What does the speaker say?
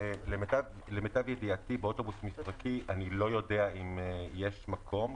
למיטב ידיעתי אני לא יודע שיש מקום באוטובוס מפרקי.